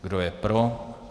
Kdo je pro?